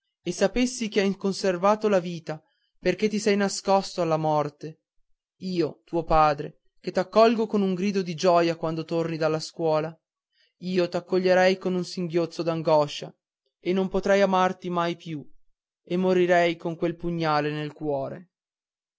e sapessi che hai conservato la vita perché ti sei nascosto alla morte io tuo padre che t'accolgo con un grido di gioia quando torni dalla scuola io t'accoglierei con un singhiozzo d'angoscia e non potrei amarti mai più e morirei con quel pugnale nel cuore